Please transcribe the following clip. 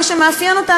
מה שמאפיין אותם,